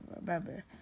remember